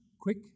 quick